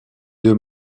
deux